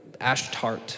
Ashtart